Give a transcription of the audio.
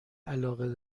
علاقه